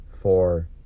four